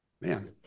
Man